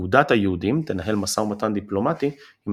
"אגודת היהודים" תנהל משא ומתן דיפלומטי עם